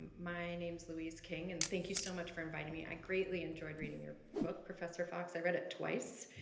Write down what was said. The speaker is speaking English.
my name is louise king and thank you so much for inviting me, i greatly enjoyed reading your book, professor fox. i read it twice